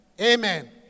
Amen